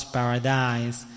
paradise